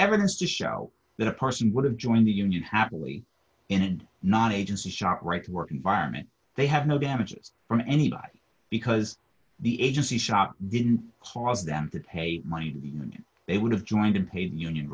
evidence to show that a person would have joined the union happily in and non agency shot right to work environment they have no damages from anybody because the agency shot didn't cause them to pay money they would have joined in paid union